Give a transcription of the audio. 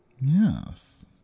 Yes